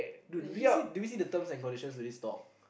dude do we see do we see the terms and condition to this talk